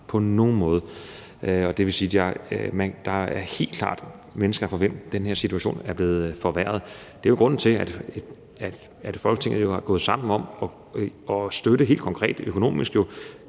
på nogen måde. Det vil sige, at der helt klart er mennesker, hvis situation er blevet forværret. Det er jo grunden til, at Folketinget er gået sammen om at støtte helt konkrete